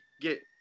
get